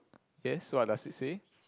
yes so I just receive